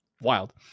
Wild